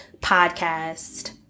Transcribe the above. podcast